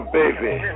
baby